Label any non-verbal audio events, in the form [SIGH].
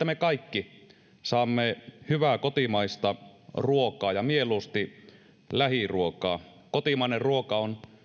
[UNINTELLIGIBLE] me kaikki saamme hyvää kotimaista ruokaa ja mieluusti lähiruokaa kotimainen ruoka on